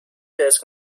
desk